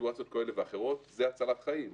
בסיטואציות כאלה ואחרות, וזאת הצלת חיים.